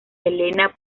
elena